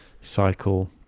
cycle